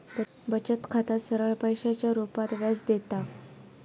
बचत खाता सरळ पैशाच्या रुपात व्याज देता